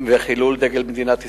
וחילול דגל מדינת ישראל.